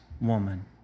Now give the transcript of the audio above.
woman